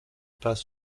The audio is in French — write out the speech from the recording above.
pas